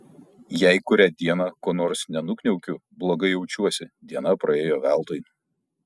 jei kurią dieną ko nors nenukniaukiu blogai jaučiuosi diena praėjo veltui